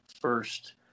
first